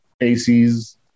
AC's